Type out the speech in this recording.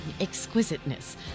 exquisiteness